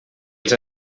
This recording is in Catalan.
els